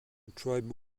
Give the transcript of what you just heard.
tribe